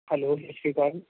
hello ਸਤਿ ਸ਼੍ਰੀ ਅਕਾਲ